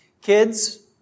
kids